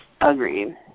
Agreed